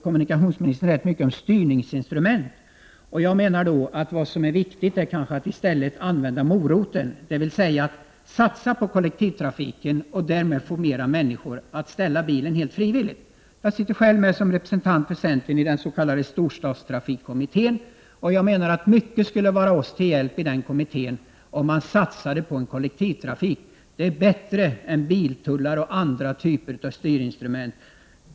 Kommunikationsministern talar mycket om styrinstrument. Jag menar att det är viktigt att i stället använda morot, dvs. att satsa på kollektivtrafiken. Därmed får vi fler människor att frivilligt ställa bilen hemma. Jag sitter själv som representant för centern i den s.k. storstadstrafikkommittén. Mycket skulle vara oss till hjälp i kommitténs arbete om man satsade på kollektiv trafik. Det är bättre än biltullar eller andra typer av styrinstrument.